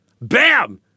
Bam